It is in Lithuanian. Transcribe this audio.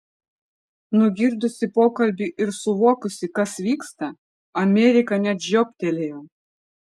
nugirdusi pokalbį ir suvokusi kas vyksta amerika net žiobtelėjo